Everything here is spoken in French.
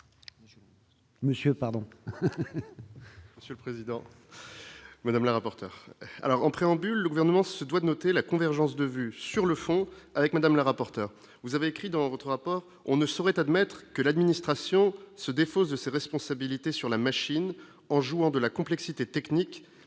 monsieur le président. Madame le rapporteur alors en préambule, le gouvernement se doit de noter la convergence de vues sur le fond avec Madame le rapporteur, vous avez écrit dans votre rapport, on ne saurait admettre que l'administration se défausse de ses responsabilités sur la machine en jouant de la complexité technique et